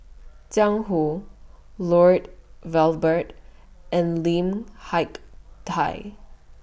Jiang Hu Lloyd Valberg and Lim Hak Tai